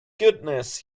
goodness